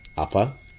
upper